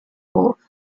wolf